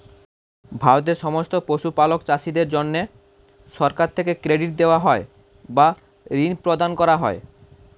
ভারতের সমস্ত পশুপালক চাষীদের জন্যে সরকার থেকে ক্রেডিট দেওয়া হয় বা ঋণ প্রদান করা হয়